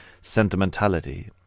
sentimentality